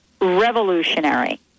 revolutionary